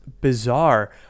bizarre